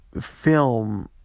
film